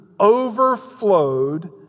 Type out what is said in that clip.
overflowed